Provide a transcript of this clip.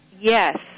Yes